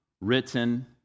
written